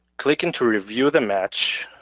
clicking to review the match,